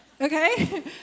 okay